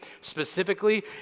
specifically